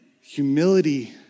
Humility